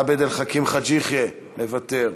עבד אל חכים חאג' יחיא, מוותר,